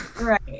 Right